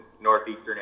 northeastern